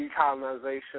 decolonization